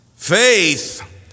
Faith